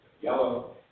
yellow